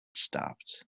stopped